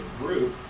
group